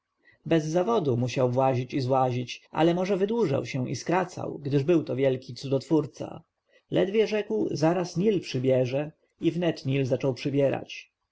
bez zawodu musiał włazić i złazić ale może wydłużał się i skracał gdyż był to wielki cudotwórca ledwie rzekł zaraz nil przybierze i wnet nil zaczął przybierać